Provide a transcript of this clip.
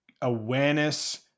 awareness